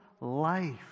life